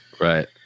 Right